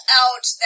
out